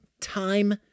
time